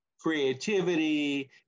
creativity